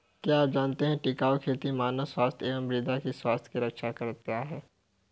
क्या आप जानते है टिकाऊ खेती मानव स्वास्थ्य एवं मृदा की स्वास्थ्य की रक्षा करता हैं?